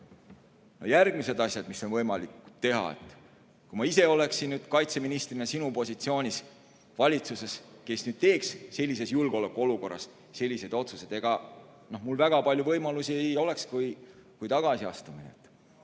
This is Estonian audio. Järgmised asjad, mida on võimalik teha. Kui ma ise oleksin kaitseministrina sinu positsioonis valitsuses, kes teeks sellises julgeolekuolukorras selliseid otsuseid, siis ega mul väga palju muid võimalusi ei oleks kui tagasiastumine.